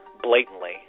blatantly